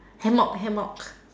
hammock hammock